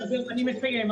אני יודע, אני מסיים.